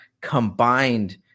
combined